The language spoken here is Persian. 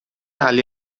علی